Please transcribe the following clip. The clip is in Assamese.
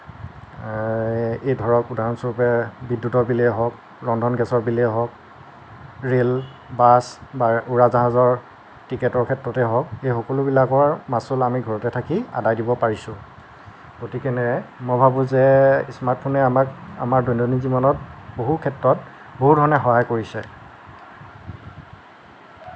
এই ধৰক উদাহৰণস্বৰূপে বিদ্যুতৰ বিলেই হওঁক ৰন্ধন গেছৰ বিলেই হওঁক ৰেল বাছ বা উৰাজাহাজৰ টিকেটৰ ক্ষেত্ৰতেই হওঁক এই সকলোবিলাকৰ মাছুল আমি ঘৰতে থাকি আদায় দিব পাৰিছোঁ গতিকেনে মই ভাৱোঁ যে স্মাৰ্টফোনে আমাক আমাৰ দৈনন্দিন জীৱনত বহু ক্ষেত্ৰত বহু ধৰণে সহায় কৰিছে